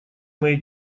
моей